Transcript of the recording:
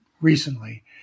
recently-